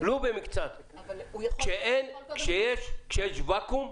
כשיש ואקום,